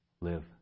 live